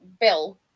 bill